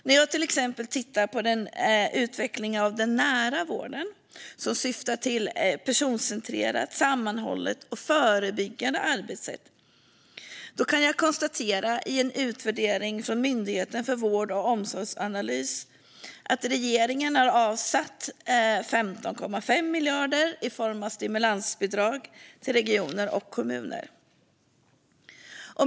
När jag till exempel tittar på utvecklingen av den nära vården, som syftar till ett personcentrerat, sammanhållet och förebyggande arbetssätt, kan jag i en utvärdering från Myndigheten för vård och omsorgsanalys konstatera att regeringen har avsatt 15,5 miljarder i form av stimulansbidrag till regioner och kommuner.